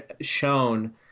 shown